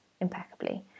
impeccably